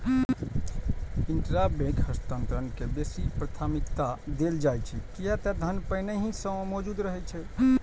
intrabank हस्तांतरण के बेसी प्राथमिकता देल जाइ छै, कियै ते धन पहिनहि सं मौजूद रहै छै